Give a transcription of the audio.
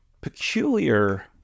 peculiar